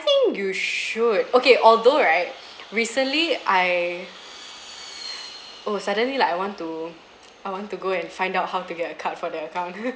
think you should okay although right recently I oh suddenly like I want to I want to go and find out how to get a card for the account